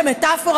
כמטפורה,